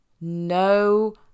no